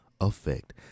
effect